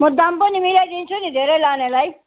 म दाम पनि मिलाइदिन्छु नि धेरै लानेलाई